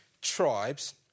tribes